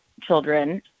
children